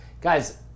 Guys